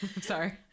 sorry